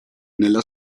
nella